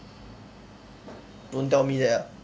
don't tell me that ah